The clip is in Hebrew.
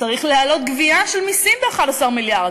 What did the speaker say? צריך להעלות גבייה של מסים ב-11 מיליארד.